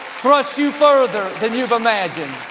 thrust you further than you've imagined.